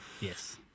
Yes